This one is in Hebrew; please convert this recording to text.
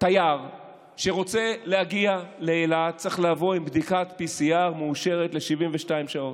תייר שרוצה להגיע לאילת צריך לבוא עם בדיקת PCR מאושרת ל-72 שעות.